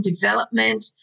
development